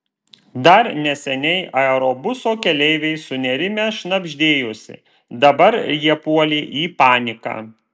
dar neseniai aerobuso keleiviai sunerimę šnabždėjosi dabar jie puolė į paniką